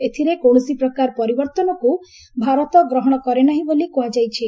ଏଥରେ କୌଣସି ପ୍ରକାର ପରିବର୍ତ୍ତନକୁ ଭାରତ ଗ୍ରହଣ କରେ ନାହିଁ ବୋଲି କୁହାଯାଇଛି